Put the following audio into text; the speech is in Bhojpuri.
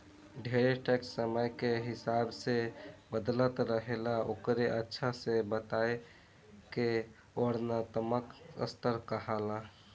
ढेरे टैक्स समय के हिसाब से बदलत रहेला ओकरे अच्छा से बताए के वर्णात्मक स्तर कहाला